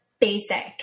basic